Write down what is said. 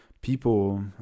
people